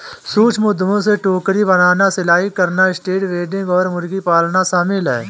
सूक्ष्म उद्यमों में टोकरी बनाना, सिलाई करना, स्ट्रीट वेंडिंग और मुर्गी पालन करना शामिल है